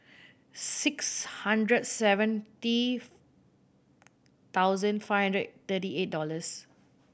six hundred seventy thousand five hundred thirty eight dollars